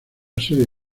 serie